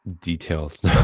details